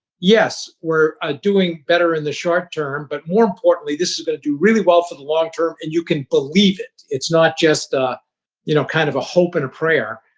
yes, we're ah doing better in the short-term but, more importantly, this is going to do really well for the long-term and you can believe it, it's not just ah you know kind of a hope and a prayer,